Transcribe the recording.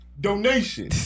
Donation